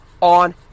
on